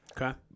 Okay